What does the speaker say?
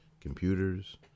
computers